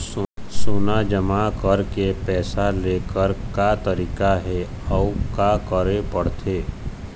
सोना जमा करके पैसा लेकर का तरीका हे अउ का करे पड़थे?